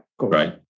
Right